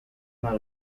not